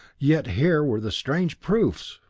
yet here were the strange proofs!